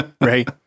Right